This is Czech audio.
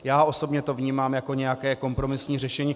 Já osobně to vnímám jako nějaké kompromisní řešení.